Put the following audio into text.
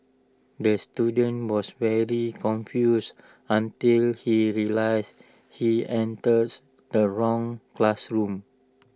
the student was very confused until he realised he enters the wrong classroom